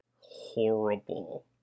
horrible